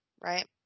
right